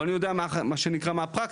אבל אני יודע מה שנקרא מהפרקטיקה,